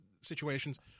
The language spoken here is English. situations